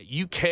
UK